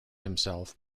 himself